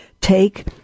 take